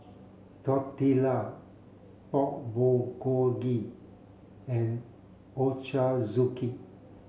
Tortilla Pork Bulgogi and Ochazuke